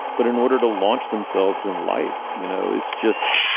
but in order to launch themselves in life you know it's just